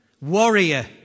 Warrior